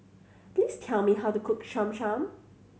please tell me how to cook Cham Cham